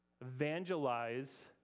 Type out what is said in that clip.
Evangelize